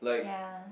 ya